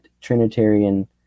Trinitarian